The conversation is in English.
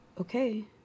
Okay